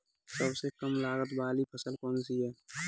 सबसे कम लागत वाली फसल कौन सी है?